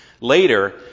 later